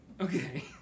Okay